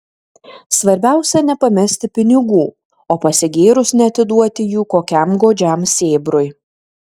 svarbiausia nepamesti pinigų o pasigėrus neatiduoti jų kokiam godžiam sėbrui